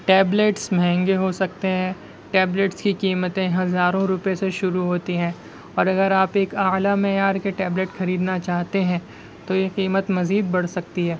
tablets مہنگے ہو سکتے ہیں ٹبلیٹس کی قیمتیں ہزاروں روپئے سے شروع ہوتی ہیں اور اگر آپ ایک اعلیٰ معیار کے ٹیبلیٹ خریدنا چاہتے ہیں تو یہ قیمت مزید بڑھ سکتی ہے